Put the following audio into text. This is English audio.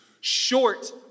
short